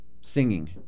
singing